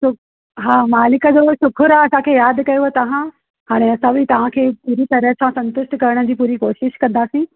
हा मालिक जो शुकुर आहे असांखे यादि कयोव तव्हां हाणे असां बि तव्हांखे पूरी तरह सां संतुष्ट करण जी पूरी कोशिशि कंदासीं